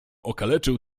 okaleczył